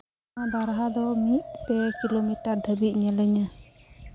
ᱱᱚᱣᱟ ᱫᱟᱨᱦᱟ ᱫᱚ ᱢᱤᱫ ᱯᱮ ᱠᱤᱞᱳᱢᱤᱴᱟᱨ ᱫᱷᱟᱹᱵᱤᱡ ᱡᱮᱞᱮᱧᱟ